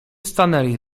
stanęli